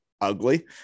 ugly